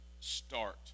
start